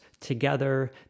Together